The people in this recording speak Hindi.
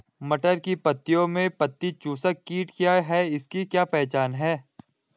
मटर की पत्तियों में पत्ती चूसक कीट क्या है इसकी क्या पहचान है?